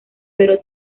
pero